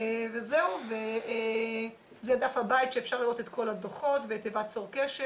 זה דף הבית שאפשר לראות את כל הדוחות ואת תיבת 'צור קשר'